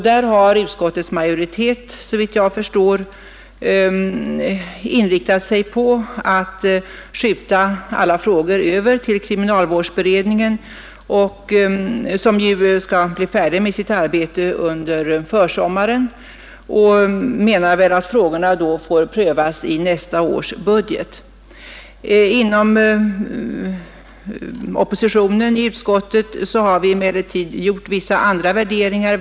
Där har utskottets majoritet såvitt jag förstår inriktat sig på att skjuta alla frågor över till kriminalvårdsberedningen, som ju skall bli färdig med sitt arbete under försommaren, och menar att frågorna då får prövas i nästa års budget. Inom oppositionen i utskottet har vi emellertid gjort vissa andra värderingar.